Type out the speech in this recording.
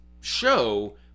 show